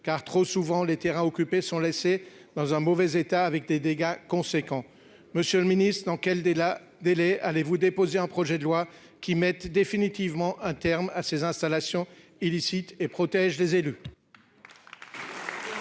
car trop souvent les terrains occupés sont laissés dans un mauvais état avec des dégâts conséquents, monsieur le Ministre, dans quel la délai allez-vous déposer un projet de loi qui mette définitivement un terme à ces installations illicites et protège les élus.